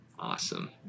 Awesome